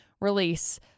release